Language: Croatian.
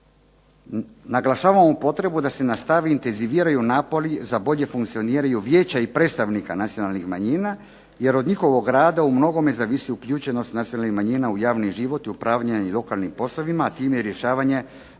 naglašavamo potrebu da se nastavi, intenziviraju napori za bolje funkcioniranje Vijeća i predstavnika nacionalnih manjina, jer od njihovog rada umnogome zavisi uključenost nacionalnih manjina u javni život i upravljanje lokalnim poslovima, a time i rješavanje